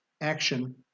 action